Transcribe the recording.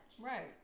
Right